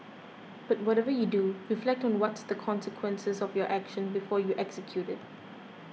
but whatever you do reflect on what's the consequences of your action before you execute it